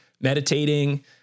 meditating